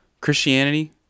Christianity